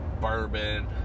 bourbon